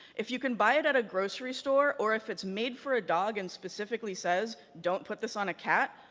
if you can buy it at a grocery store, or if it's made for a dog and specifically says, don't put this on a cat,